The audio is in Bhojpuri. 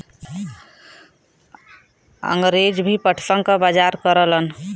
अंगरेज भी पटसन क बजार करलन